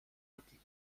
rücken